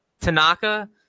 Tanaka